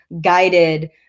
guided